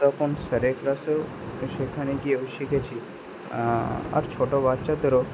তখন স্যারের ক্লাসেও সেখানে গিয়েও শিখেছি আর ছোটো বাচ্চাদেরও